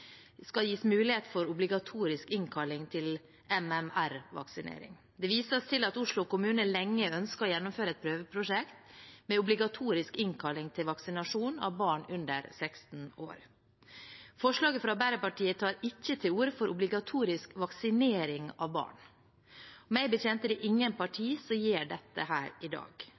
skal gis mulighet for obligatorisk innkalling til MMR-vaksinering. Det vises til at Oslo kommune lenge har ønsket å gjennomføre et prøveprosjekt med obligatorisk innkalling til vaksinasjon av barn under 16 år. Forslaget fra Arbeiderpartiet tar ikke til orde for obligatorisk vaksinering av barn. Meg bekjent er det ingen partier som gjør det i dag.